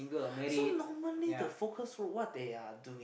so normally the focus group what they are doing